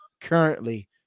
currently